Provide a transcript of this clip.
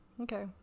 Okay